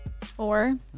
Four